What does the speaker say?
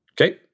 Okay